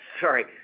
Sorry